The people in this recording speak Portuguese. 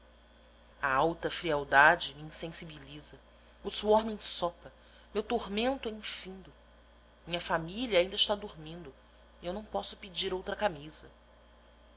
a alta frialdade me insensibiliza o suor me ensopa meu tormento é infindo minha família ainda está dormindo e eu não posso pedir outra camisa